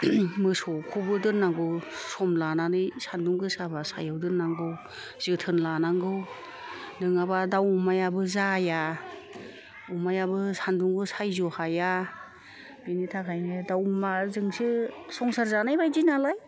मोसौखौबो दोननांगौ सम लानानै सान्दुं गोसाबा सायाव दोननांगौ जोथोन लानांगौ नङाबा दाव अमायाबो जाया अमायाबो सान्दुंखौ सयज' हाया बिनि थाखायनो दाव अमाजोंसो संसार जानाय बादि नालाय